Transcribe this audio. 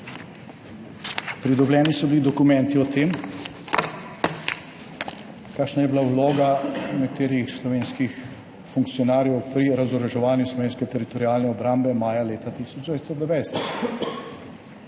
pridobljeni so bili dokumenti o tem, kakšna je bila vloga nekaterih slovenskih funkcionarjev pri razoroževanju slovenske teritorialne obrambe maja leta 1990.